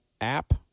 app